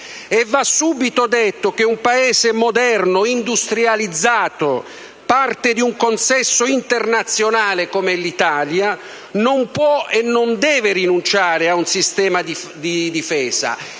Va subito detto che un Paese moderno, industrializzato, parte di un consesso internazionale, come l'Italia, non può e non deve rinunciare ad un sistema di difesa;